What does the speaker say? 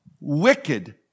Wicked